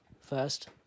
first